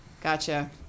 Gotcha